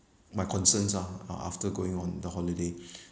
my concerns ah uh after going on the holiday